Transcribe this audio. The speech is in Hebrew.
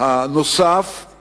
נוספת